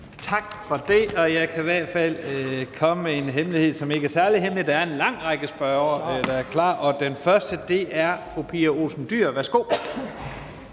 Tak for det. Jeg kan i hvert fald fortælle en hemmelighed, som ikke er særlig hemmelig, og det er, at der er en lang række spørgere, der er klar, og den første er fru Pia Olsen Dyhr. Værsgo.